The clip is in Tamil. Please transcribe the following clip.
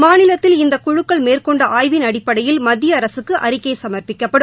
மாநிலத்தில் இந்த குழுக்கள் மேற்கொண்ட ஆய்வின் அடிப்படையில் மத்திய அரசுக்கு அறிக்கை சமர்ப்பிக்கப்படும்